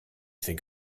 think